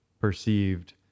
perceived